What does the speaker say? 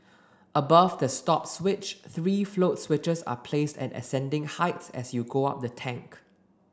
above the stop switch three float switches are placed at ascending heights as you go up the tank